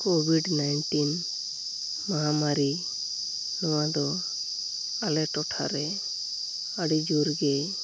covid nineteen ᱢᱚᱦᱟᱢᱟᱨᱤ ᱱᱚᱣᱟᱫᱚ ᱟᱞᱮ ᱴᱚᱴᱷᱟᱨᱮ ᱟᱹᱰᱤ ᱡᱳᱨᱜᱮ